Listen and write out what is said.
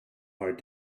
hard